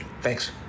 Thanks